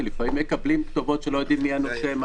כי לפעמים מקבלים כתובות ולא יודעים מי הנושה.